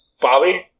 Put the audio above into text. Bobby